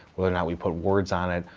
whether or not we put words on it,